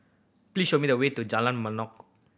please show me the way to Jalan Mangnok